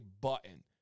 button